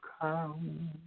come